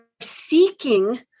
seeking